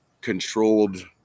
controlled